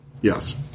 Yes